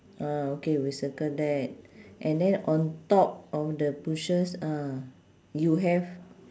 ah okay we circle that and then on top of the bushes uh you have